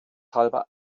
halber